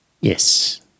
Yes